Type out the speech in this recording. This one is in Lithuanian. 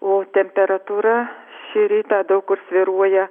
o temperatūra šį rytą daug kur svyruoja